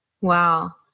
Wow